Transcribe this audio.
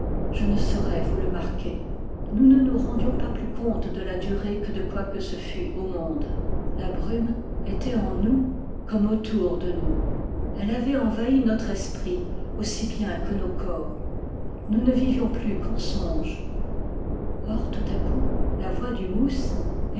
je ne saurais vous le marquer nous ne nous rendions pas plus compte de la durée que de quoi que ce fût au monde la brume était en nous comme autour de nou s elle avait envahi notre esprit aussi bien que nos corps nous ne vivions plus qu'en songe or tout à coup la voix du mousse